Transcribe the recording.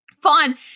fun